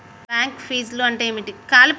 Bank ఫీజ్లు అంటే ఏమిటి?